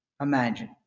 imagine